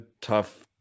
tough